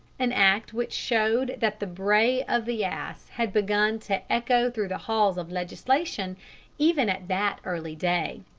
an act which showed that the bray of the ass had begun to echo through the halls of legislation even at that early day.